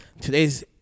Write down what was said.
today's